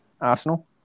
Arsenal